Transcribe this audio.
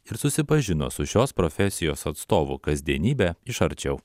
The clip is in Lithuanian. ir susipažino su šios profesijos atstovų kasdienybe iš arčiau